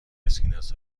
اسکناس